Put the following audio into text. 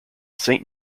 saint